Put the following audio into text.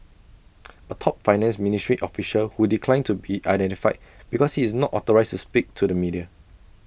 A top finance ministry official who declined to be identified because he is not authorised to speak to the media